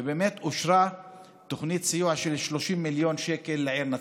ובאמת אושרה תוכנית סיוע של 30 מיליון שקל לעיר נצרת.